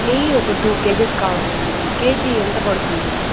నెయ్యి ఒక two K Gs కావాలండి కే జీ ఎంత పడుతుంది